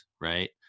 right